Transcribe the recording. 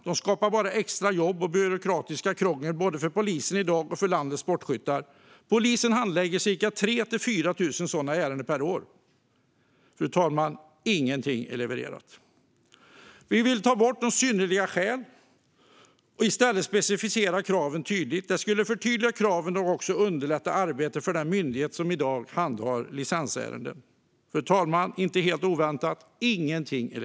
De skapar bara extra jobb och byråkratiskt krångel, både för polisen och för landets sportskyttar. Polisen handlägger 3 000-4 000 sådana ärenden per år. Inget är levererat. Vi vill ta bort synnerliga skäl och i stället specificera kraven tydligt. Det skulle förtydliga kraven och underlätta arbetet för den myndighet som i dag handhar licensärenden. Inte helt oväntat är inget levererat.